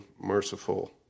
merciful